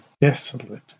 desolate